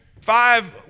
five